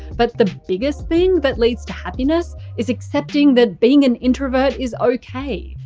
but the biggest thing that leads to happiness is acknowledging that being an introvert is okay.